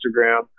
Instagram